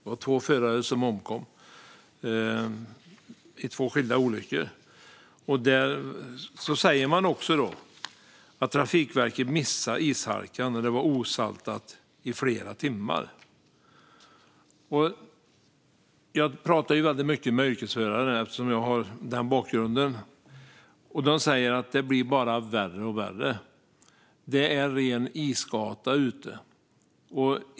Det var två förare som omkom i två skilda olyckor. Där säger man att Trafikverket missade ishalkan - det var osaltat i flera timmar. Jag pratar mycket med yrkesförare eftersom jag har den bakgrunden. De säger att det bara blir värre och värre. Det är ren isgata ute.